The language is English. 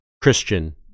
Christian